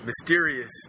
mysterious